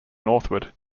northward